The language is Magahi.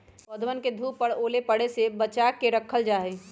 पौधवन के धूप और ओले पड़े से बचा के रखल जाहई